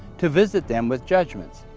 to visit them with judgments,